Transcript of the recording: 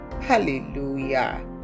Hallelujah